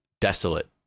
desolate